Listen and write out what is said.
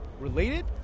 related